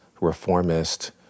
reformist